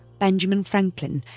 benjamin franklin,